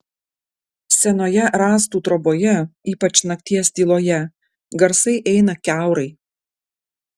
senoje rąstų troboje ypač nakties tyloje garsai eina kiaurai